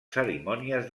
cerimònies